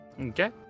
Okay